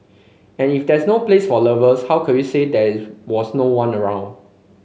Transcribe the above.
and if that's no place for lovers how could we say there's was no one around